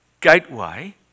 gateway